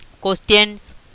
questions